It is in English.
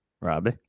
Robbie